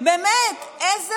מה יהיה